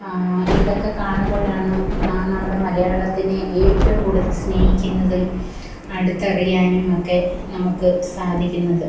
ഇതൊക്കെ കാണുമ്പോഴാണ് നാം നമ്മുടെ മലയാളത്തിനെ ഏറ്റവും കൂടുതല് സ്നേഹിക്കുന്നതും അടുത്തറിയാനും ഒക്കെ നമുക്ക് സാധിക്കുന്നത്